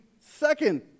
second